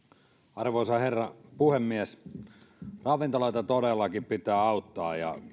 arvoisa herra puhemies ravintoloita todellakin pitää auttaa ja